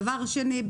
דבר שני,